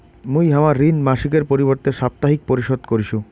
মুই হামার ঋণ মাসিকের পরিবর্তে সাপ্তাহিক পরিশোধ করিসু